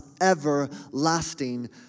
everlasting